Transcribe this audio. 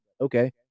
okay